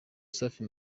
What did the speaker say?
safi